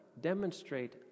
demonstrate